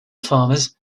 farmers